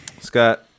Scott